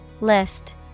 List